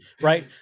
right